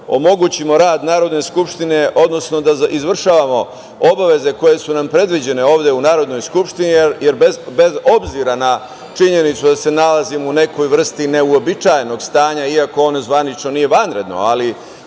omogućimo rad Narodne skupštine, odnosno da izvršavamo obaveze koje su nam predviđene ovde u Narodnoj skupštini, jer bez obzira na činjenicu da se nalazimo u nekoj vrsti neuobičajenog stanja, iako ono zvanično nije vanredno, ali